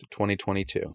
2022